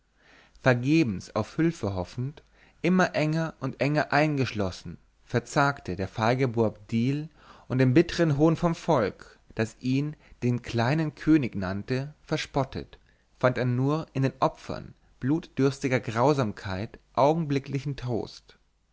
vergebens auf hülfe hoffend immer enger und enger eingeschlossen verzagte der feige boabdil und im bittern hohn vom volk das ihn den kleinen könig nannte verspottet fand er nur in den opfern blutdürstiger grausamkeit augenblicklichen trost